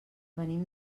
venim